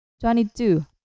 Twenty-two